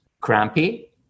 crampy